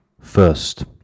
First